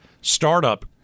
startup